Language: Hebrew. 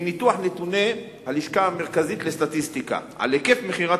מניתוח נתוני הלשכה המרכזית לסטטיסטיקה על היקף מכירת